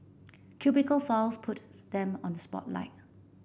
cubicle files put them on spotlight